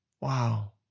Wow